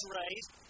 raised